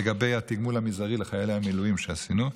לגבי התגמול המזערי לחיילי המילואים שעשינו,